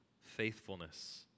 faithfulness